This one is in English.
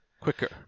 Quicker